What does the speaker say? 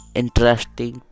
interesting